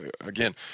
Again